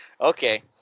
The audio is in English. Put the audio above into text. Okay